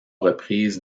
reprises